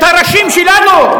את הראשים שלנו?